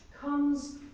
Comes